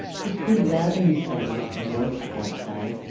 he stood well in his studies, an' worked outside,